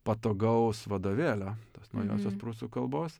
patogaus vadovėlio tos naujosios prūsų kalbos